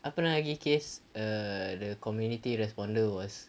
apa lagi case err the community responder was